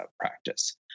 practice